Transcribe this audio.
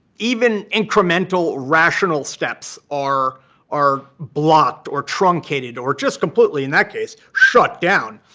even incremental, rational steps are are blocked, or truncated, or just completely, in that case, shut down.